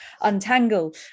untangle